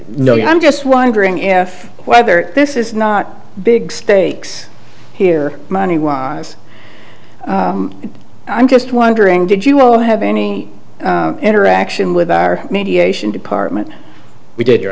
no i'm just wondering if whether this is not big stakes here money wise i'm just wondering did you all have any interaction with our mediation department we did